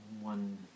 one